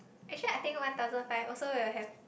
actually I think one thousand five also will have